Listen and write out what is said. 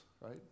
right